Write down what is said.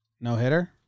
no-hitter